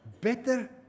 Better